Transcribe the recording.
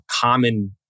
common